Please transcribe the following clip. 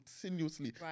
continuously